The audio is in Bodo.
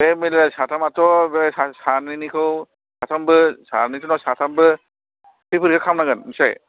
बे मेलेरिया साथामाथ' बे सानैनिखौ साथामबो सानैथ' नङा साथामबो एसे बोरैबा खालामनांगोन मिथिबाय